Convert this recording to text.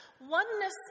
Oneness